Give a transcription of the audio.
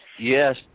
yes